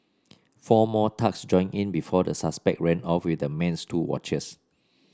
four more thugs joined in before the suspects ran off with the man's two watches